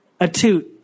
Atoot